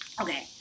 Okay